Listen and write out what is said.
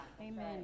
amen